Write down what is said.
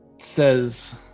Says